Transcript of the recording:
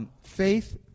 Faith